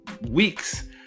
weeks